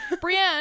Brienne